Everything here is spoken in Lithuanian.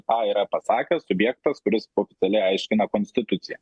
tą yra pasakęs subjektas kuris oficialiai aiškina konstituciją